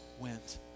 went